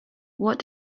what